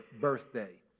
birthday